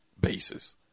basis